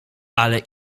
ale